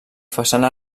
façana